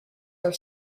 are